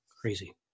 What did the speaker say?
crazy